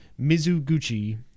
mizuguchi